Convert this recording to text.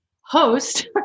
host